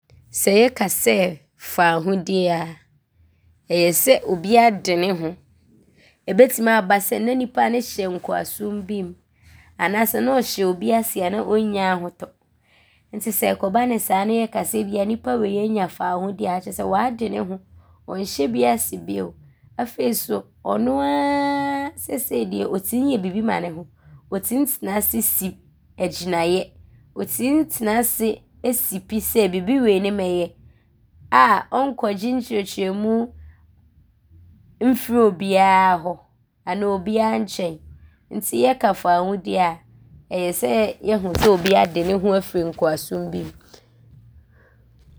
Sɛ yɛka sɛ faahodie a, ɔyɛ sɛ bi ade ne ho. Ɔbɛtim aaba sɛ, ne nnipa no hyɛ nkoasom bim anaasɛ ne ɔhyɛ bi ase a ne ɔnnya ahotɔ nti sɛ ɔkɔba no saaa ne yɛka sɛ bi a nnipa wei anya faahodie a, kyerɛ sɛ waade ne ho. Ɔnhyɛ biaa ase. Afei so ɔno nko ara seesei deɛ ɔtim yɛ bibi ma ne ho. Ɔtim tena ase si agyinaeɛ. Ɔtim tena ase si pi sɛ wei ne mɛyɛ a ɔnkɔgye nkyerɛkyerɛmu mfiri biaa hɔ anaa bi adwene nti yɛka faahodie a, ɔyɛ sɛ yɛahu sɛ bi ade ne ho afiri nkoasom mu.